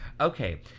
Okay